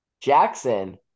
Jackson